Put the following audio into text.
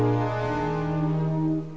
um